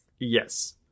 Yes